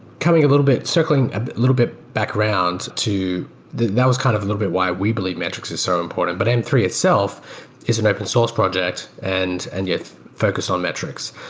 coming a little bit, circling a little bit background to that that was kind of a little bit why we believe metrics is so important. but m three itself is an open source project and and yeah focused on metrics.